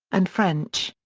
and french.